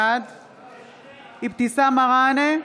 בעד אבתיסאם מראענה,